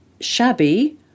shabby